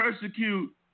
persecute